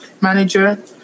manager